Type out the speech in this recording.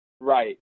Right